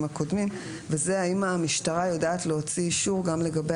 הקודמים וזה אם המשטרה יודעת להוציא אישור גם לגבי